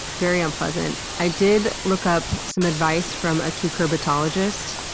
very unpleasant. i did look up some advice from a cucurbitologist.